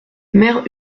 mère